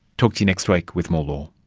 talk to you next week with more